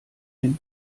den